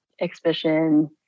exhibition